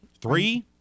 Three